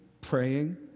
praying